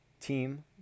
team